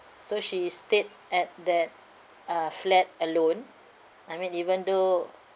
so she stayed at that uh flat alone I mean even though